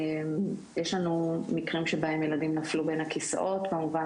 יש לנו מקרים שבהם ילדים נפלו בין הכיסאות במובן